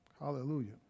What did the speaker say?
Hallelujah